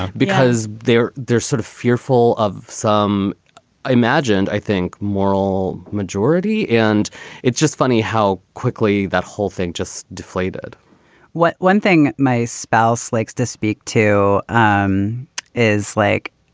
because they're they're sort of fearful of some imagined, i think, moral majority. and it's just funny how quickly that whole thing just deflated what one thing my spouse likes to speak to um is like,